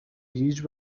هیچ